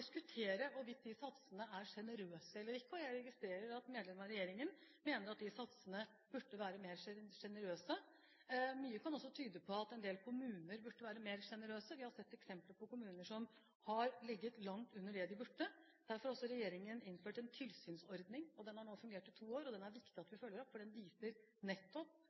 hvorvidt de satsene er sjenerøse eller ikke, og jeg registrerer at medlemmer av regjeringspartiene mener at de burde være mer sjenerøse. Mye kan også tyde på at en del kommuner burde være mer sjenerøse. Vi har sett eksempler på kommuner som har ligget langt under det de burde. Derfor har også regjeringen innført en tilsynsordning. Den har nå fungert i to år, og det er viktig at vi følger den opp, for den viser nettopp